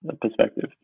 perspective